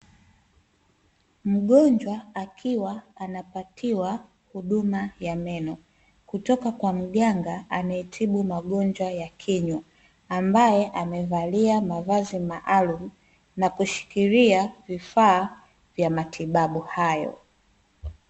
Mgonjwa akiwa anapatiwa huduma ya meno, kutoka kwa mganga anayetibu magonjwa ya kinywa, ambaye amevalia mavazi maalumu na kushikilia vifaa vya matibabu hayo.